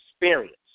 experience